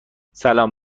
سلام